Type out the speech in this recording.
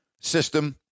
system